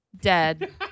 dead